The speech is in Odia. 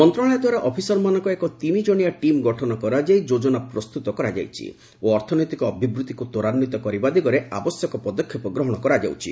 ମନ୍ତଣାଳୟ ଦ୍ୱାରା ଅଫିସରମାନଙ୍କର ଏକ ତିନି ଜଣିଆ ଟିମ୍ ଗଠନ କରାଯାଇ ଯୋଜନା ପ୍ରସ୍ତତ କରାଯାଇଛି ଓ ଅର୍ଥନୈତିକ ଅଭିବୃଦ୍ଧିକୁ ତ୍ୱରାନ୍ୱିତ କରିବା ଦିଗରେ ଆବଶ୍ୟକ ପଦକ୍ଷେପ ଗ୍ରହଣ କରାଯାଉଛି